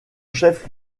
chef